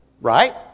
Right